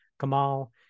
Kamal